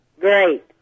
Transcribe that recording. Great